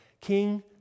King